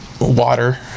Water